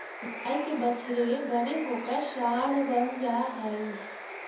गाय के बछड़े बड़े होकर साँड बन जा हई